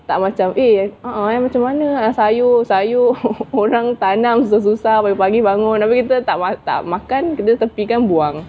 tak macam eh a'ah eh macam mana macam sayur sayur orang tanam susah-susah pagi-pagi bangun abeh kita tak makan kita tepikan buang